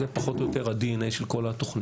זה פחות או יותר הדנ"א של כל התוכנית.